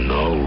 no